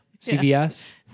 CVS